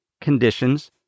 conditions